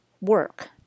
work